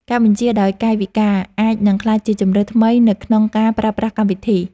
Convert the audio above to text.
ការបញ្ជាដោយកាយវិការ អាចនឹងក្លាយជាជម្រើសថ្មីនៅក្នុងការប្រើប្រាស់កម្មវិធី។